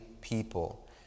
people